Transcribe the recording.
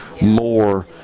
more